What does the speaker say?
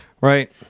Right